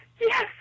Yes